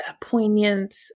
poignant